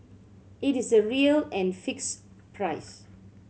it is the real and fixed price